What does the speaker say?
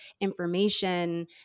information